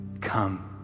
come